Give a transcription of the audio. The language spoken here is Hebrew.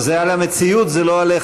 זה על המציאות, זה לא עליך.